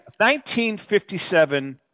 1957